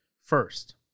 first